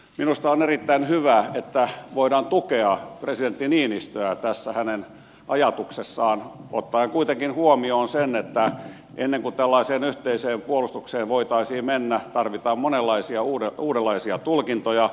minusta on erittäin hyvä että voidaan tukea presidentti niinistöä tässä hänen ajatuksessaan ottaen kuitenkin huomioon sen että ennen kuin tällaiseen yhteiseen puolustukseen voitaisiin mennä tarvitaan monenlaisia uudenlaisia tulkintoja